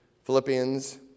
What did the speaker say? Philippians